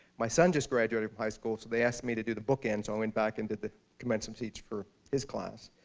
my son just graduated from high school, so they asked me to do the bookends. i went back and did the commencement speech for his class.